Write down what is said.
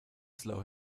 slow